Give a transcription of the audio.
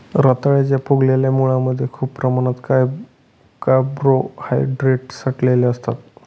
रताळ्याच्या फुगलेल्या मुळांमध्ये खूप प्रमाणात कार्बोहायड्रेट साठलेलं असतं